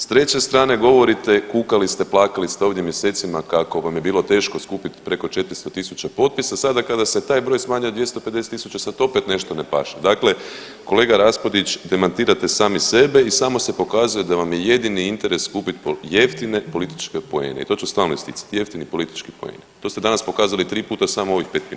S treće strane govorite kukali ste, plakali ste ovdje mjesecima kako vam je bilo teško skupit preko 400 tisuća potpisa, sada kada se taj broj smanjio na 250 tisuća sad opet nešto ne paše, dakle kolega Raspudić demantirate sami sebe i samo se pokazuje da vam je jedini interes kupit jeftine političke poene i to ću stalno isticat, jeftini politički poeni, to ste danas pokazali tri puta samo u ovih 5 minuta.